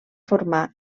formar